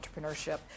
entrepreneurship